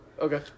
Okay